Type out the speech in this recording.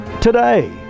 today